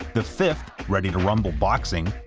the fifth, ready two rumble boxing,